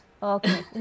Okay